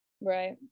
Right